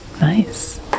nice